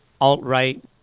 alt-right